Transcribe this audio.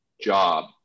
job